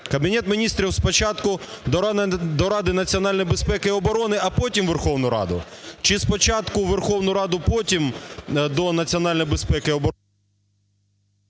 Кабінет Міністрів спочатку до Ради національної безпеки і оборони, а потім в Верховну Раду чи спочатку в Верховну Раду, потім до Національної безпеки і оборони?